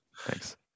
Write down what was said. Thanks